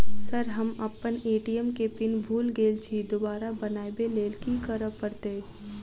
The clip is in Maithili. सर हम अप्पन ए.टी.एम केँ पिन भूल गेल छी दोबारा बनाबै लेल की करऽ परतै?